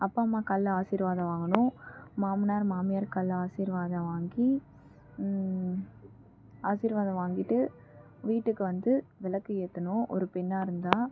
அப்பா அம்மா காலில் ஆசிர்வாதம் வாங்கணும் மாமனார் மாமியார் காலில ஆசிர்வாதம் வாங்கி ஆசிர்வாதம் வாங்கிட்டு வீட்டுக்கு வந்து விளக்கு ஏற்றணும் ஒரு பெண்ணாக இருந்தால்